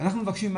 אנחנו מבקשים,